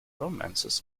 romances